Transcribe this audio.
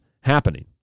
happening